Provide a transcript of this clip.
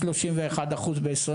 131% ב-2021.